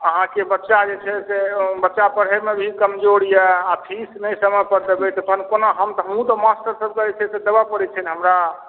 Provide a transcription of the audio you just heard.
अहाँके बच्चा जे छै से बच्चा पढ़ैमे भी कमजोर यऽ आ फीस नहि समय पर देबै तऽ तहन कोना हम हमहुँ तऽ मास्टर सबके जे छै से देबऽ पड़ै छै ने हमरा